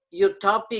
utopic